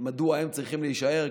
מדוע הם צריכים להישאר?